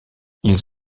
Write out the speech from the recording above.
ils